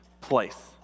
place